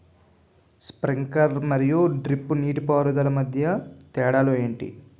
Sprinkler మరియు drip నీటిపారుదల మధ్య తేడాలు ఏంటి?